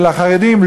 של החרדים,